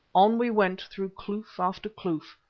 on we went through kloof after kloof.